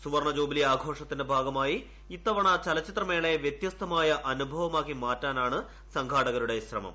സുവർണ്ണ ജൂബിലി ആഘോഷത്തിന്റെ ഭാഗമായി ഇത്തവണ ചലച്ചിത്രമേളയെ വ്യത്യസ്തമായ അനുഭവമായി മാറ്റാനാണ് സംഘാടകരുടെ ഒരുക്കം